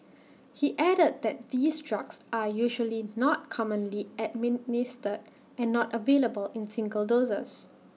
he added that these drugs are usually not commonly administered and not available in single doses